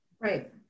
Right